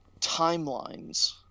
timelines